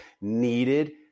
needed